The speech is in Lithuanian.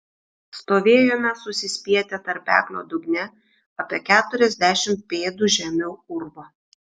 stovėjome susispietę tarpeklio dugne apie keturiasdešimt pėdų žemiau urvo